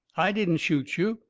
i didn't shoot you,